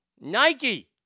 Nike